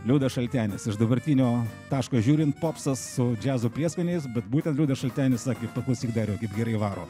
liudas šaltenis iš dabartinio taško žiūrint popsas su džiazo prieskoniais bet būtent liudas šaltenis sakė paklausyk dar gerai varo